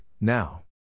now